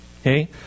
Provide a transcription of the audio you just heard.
okay